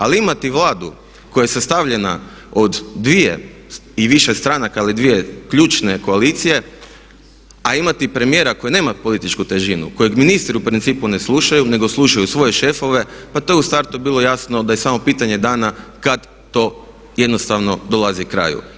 Ali imati Vladu koja je sastavljena od dvije i više stranka ali dvije ključne koalicije a imati premijera koji nema političku težinu, kojeg ministri u principu ne slušaju nego slušaju svoje šefove, pa to je u startu bilo jasno da je samo pitanje dana kada to jednostavno dolazi kraju.